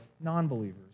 non-believers